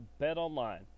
BetOnline